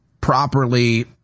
properly